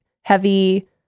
heavy